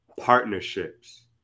partnerships